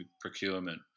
procurement